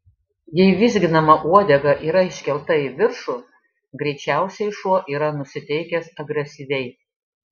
jei vizginama uodega yra iškelta į viršų greičiausiai šuo yra nusiteikęs agresyviai